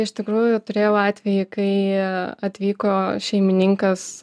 iš tikrųjų turėjau atvejį kai atvyko šeimininkas